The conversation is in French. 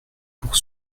pour